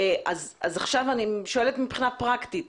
אז עכשיו אני שואלת מבחינה פרקטית,